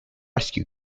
rescue